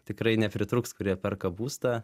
tikrai nepritrūks kurie perka būstą